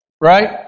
Right